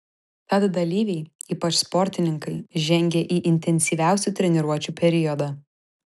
tad dalyviai ypač sportininkai žengia į intensyviausių treniruočių periodą